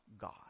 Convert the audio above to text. God